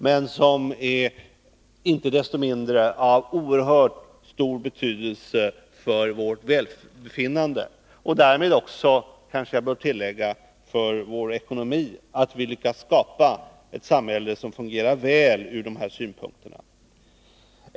Men icke desto mindre är det av oerhört stor betydelse för vårt välbefinnande, och jag kanske bör tillägga därmed också för vår ekonomi, att vi lyckas skapa ett samhälle som fungerar väl ur de här synpunkterna.